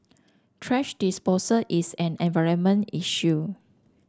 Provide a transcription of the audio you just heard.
thrash disposal is an environmental issue